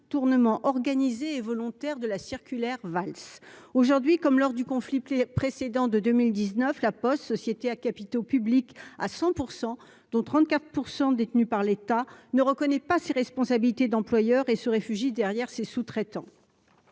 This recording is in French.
contournement organisé et volontaire de la circulaire Valls aujourd'hui comme lors du conflit précédent de 2019 La Poste société à capitaux publics à cent pour cent dont 34 % détenus par l'État ne reconnaît pas ses responsabilités d'employeur et se réfugie derrière ses sous-traitants,